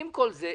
למרות כל זה,